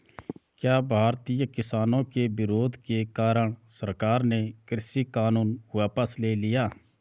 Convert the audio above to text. क्या भारतीय किसानों के विरोध के कारण सरकार ने कृषि कानून वापस ले लिया?